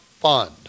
fund